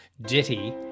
ditty